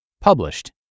Published